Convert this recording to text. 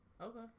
Okay